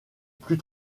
plus